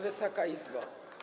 Wysoka Izbo!